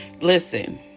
listen